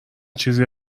چیزی